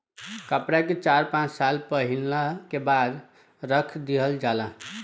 कपड़ा के चार पाँच साल पहिनला के बाद रख दिहल जाला